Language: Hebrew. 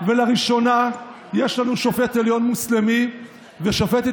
ולראשונה יש לנו שופט עליון מוסלמי ושופטת